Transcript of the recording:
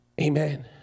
Amen